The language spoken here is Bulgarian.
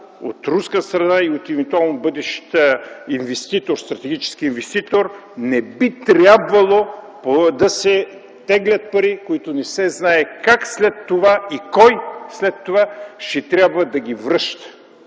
от руска страна и от евентуалния бъдещ стратегически инвеститор, не би трябвало да се теглят пари, които не са знае как след това и кой след това ще трябва да ги връща.